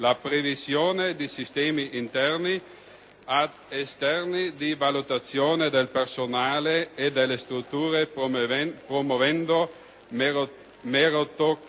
la previsione di sistemi interni ed esterni di valutazione del personale e delle strutture, promuovendo meritocrazia